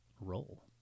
role